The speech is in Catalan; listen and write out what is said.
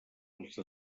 els